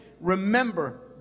Remember